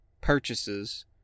purchases